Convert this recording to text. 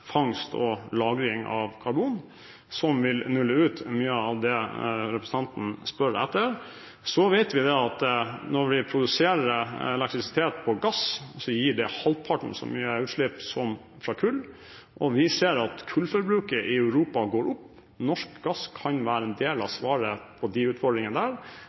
fangst og lagring av karbon som vil nulle ut mye av det representanten spør etter. Så vet vi at når vi produserer elektrisitet av gass, gir det halvparten så mye utslipp som fra kull, og vi ser at kullforbruket i Europa går opp. Norsk gass kan være en del av svaret på de utfordringene